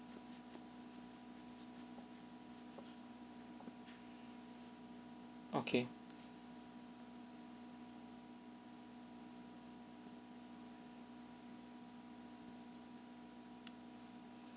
Okay